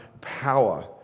power